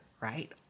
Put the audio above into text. right